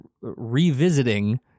revisiting